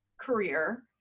career